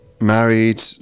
married